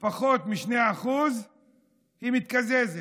של פחות מ-2% מתקזזת,